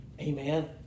Amen